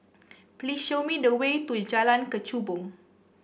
please show me the way to Jalan Kechubong